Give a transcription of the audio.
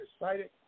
excited